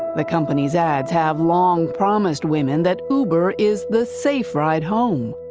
the company's ads have long promised women that uber is the safe ride home.